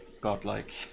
godlike